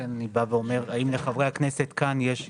לכן אני בא ואומר: האם לחברי הכנסת כאן יש הסתייגויות?